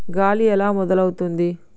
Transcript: గాలి ఎలా మొదలవుతుంది?